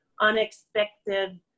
unexpected